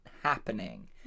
happening